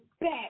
back